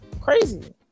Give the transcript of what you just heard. Crazy